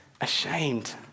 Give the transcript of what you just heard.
ashamed